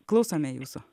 klausome jūsų